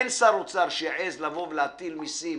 אין שר אוצר שיעז לבוא ולהטיל מסים